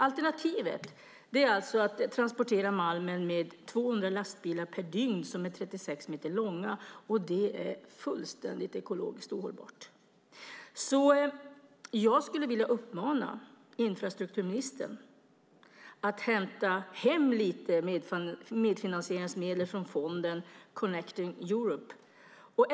Alternativet är alltså att transportera malmen med 200 lastbilar - 36 meter långa - per dygn. Det är ekologiskt fullständigt ohållbart. Jag skulle vilja uppmana infrastrukturministern att hämta hem lite medfinansieringsmedel från fonden Connecting Europe.